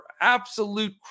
absolute